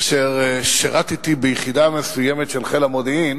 כאשר שירתתי ביחידה מסוימת של חיל המודיעין,